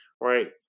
right